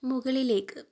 മുകളിലേക്ക്